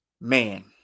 Man